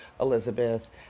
Elizabeth